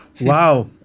Wow